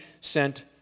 sent